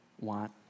want